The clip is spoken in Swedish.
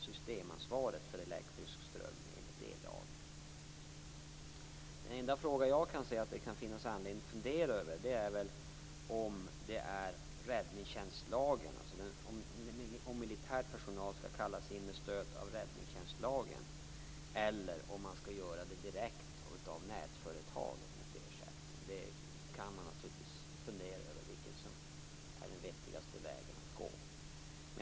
Sedan har vi Den enda fråga som jag tycker att det kan finnas anledning att fundera över är om militär personal skall kallas in med stöd av räddningstjänstlagen eller om man skall göra det direkt av nätföretagen mot ersättning. Man kan naturligtvis fundera över vilken som är den vettigaste vägen att gå.